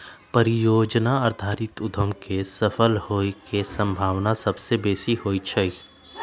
परिजोजना आधारित उद्यम के सफल होय के संभावना सभ बेशी होइ छइ